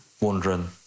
wondering